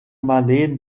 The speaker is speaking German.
marleen